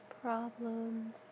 problems